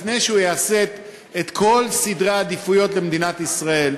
לפני שהוא יעשה את כל סדרי העדיפויות למדינת ישראל,